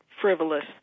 frivolous